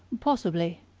possibly.